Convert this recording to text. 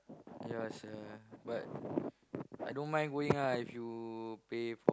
ya sia but I don't mind going lah if you pay